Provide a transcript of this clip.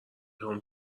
خوام